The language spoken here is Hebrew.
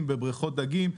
בבריכות דגים.